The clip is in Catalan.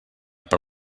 per